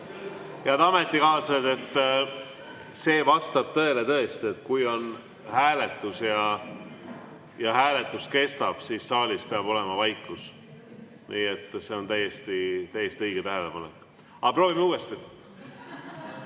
Head ametikaaslased! See vastab tõele tõesti, et kui on hääletus ja hääletus kestab, siis saalis peab olema vaikus. Nii et see on täiesti õige tähelepanek. Aga proovime uuesti.